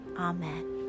amen